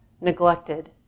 neglected